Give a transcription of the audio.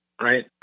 Right